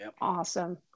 Awesome